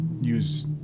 use